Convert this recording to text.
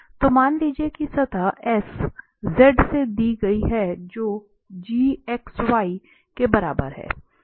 तो मान लीजिए कि सतह S z से दी गई है जो gxy के बराबर है